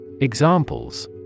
Examples